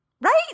right